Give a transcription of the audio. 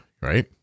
right